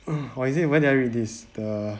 or is it where did I read this the